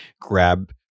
grab